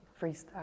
Freestyle